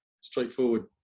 straightforward